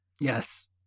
Yes